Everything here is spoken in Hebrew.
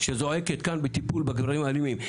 שזועקת כאן בטיפול בגורמים האלימים.